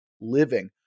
living